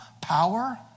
power